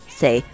say